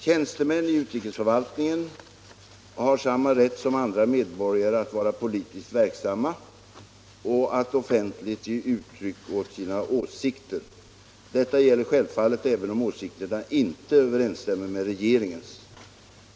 Tjänstemän i utrikesförvaltningen har samma rätt som andra medborgare att vara politiskt verksamma och att offentligt ge uttryck åt sina åsikter. Detta gäller självfallet även om åsikterna inte överensstämmer med regeringens.